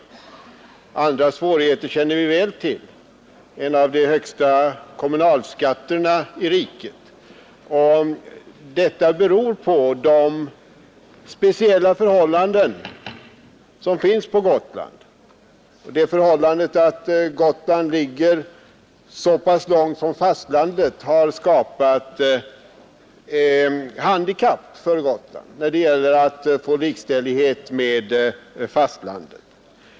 Andra Nr 152 svårigheter känner vi väl till, exempelvis en av de högsta kommunalskat Fredagen den berg i niket; GA 17 december 1971 Detta beror på de speciella förhållanden som råder på Gotland och —— den omständigheten att Gotland ligger så pass långt från fastlandet har — Transportstöd vid skapat handikapp för Gotland när det gäller att få likställighet med = Viss linjesjöfart från fastlandet.